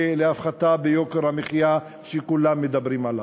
ולהפחתה ביוקר המחיה שכולם מדברים עליו.